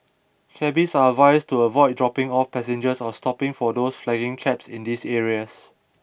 Cabbies are advised to avoid dropping off passengers or stopping for those flagging cabs in these areas